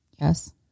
Yes